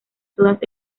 todas